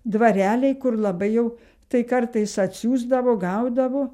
dvareliai kur labai jau tai kartais atsiųsdavo gaudavo